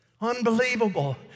Unbelievable